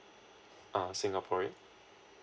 uh singaporean